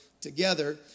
together